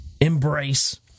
embrace